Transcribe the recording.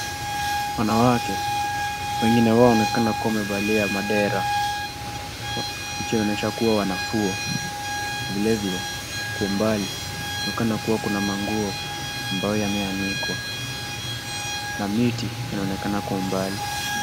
Wanawake wengine wao wanaonekana wamevalia madera wakionyesha kua wanafua, vilevile kwa umbali kuonaonekana kua na manguo ambao yameanikwa na miti yanaonekan kua mbali